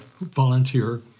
volunteer